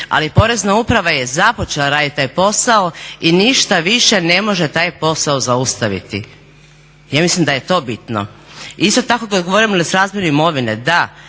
Ali Porezna uprava je započela raditi taj posao i ništa više ne može taj posao zaustaviti. Ja mislim da je to bitno. Isto tako kad govorimo o nesrazmjeru imovine. Da,